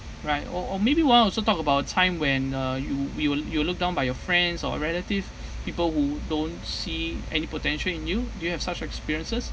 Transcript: right or or maybe one also talk about time when uh you you'll you'll look down by your friends or relative people who don't see any potential in you do you have such experiences